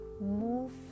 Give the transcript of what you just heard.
move